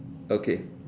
okay